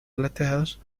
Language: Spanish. plateados